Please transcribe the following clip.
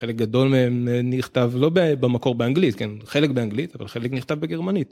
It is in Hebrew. גדול נכתב לא במקור באנגלית כן חלק באנגלית אבל חלק נכתב בגרמנית.